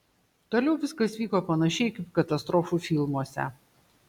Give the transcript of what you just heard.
toliau viskas vyko panašiai kaip katastrofų filmuose